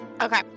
Okay